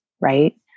right